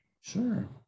sure